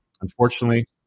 unfortunately